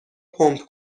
پمپ